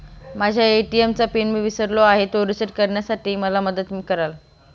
माझ्या ए.टी.एम चा पिन मी विसरलो आहे, तो रिसेट करण्यासाठी मला मदत कराल?